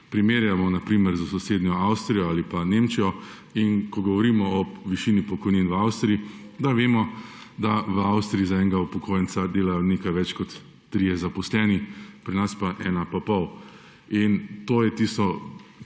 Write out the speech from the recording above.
primerjamo na primer s sosednjo Avstrijo ali Nemčijo in ko govorimo o višini pokojnin v Avstriji, da vemo, da v Avstriji za enega upokojenca delajo nekaj več kot trije zaposleni, pri nas pa eden pa pol. In to je tista